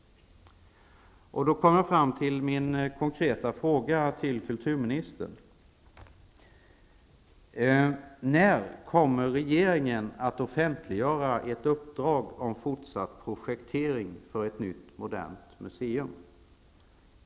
Då kommer jag fram till min konkreta fråga till kulturministern: När kommer regeringen att offentliggöra ett uppdrag om fortsatt projektering för ett nytt, modernt museum?